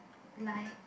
like